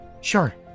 sure